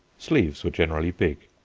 sleeves were generally big.